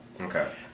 Okay